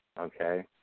okay